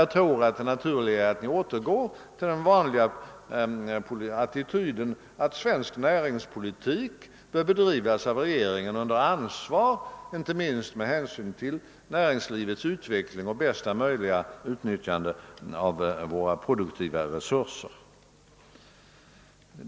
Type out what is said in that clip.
Jag tycker det vore naturligare att Ni återgår till den vanliga attityden att svensk näringspolitik bör bedrivas av regeringen under ansvar, inte minst med hänsyn till näringslivets utveckling och bästa möjliga utnyttjande av våra produktiva resurser.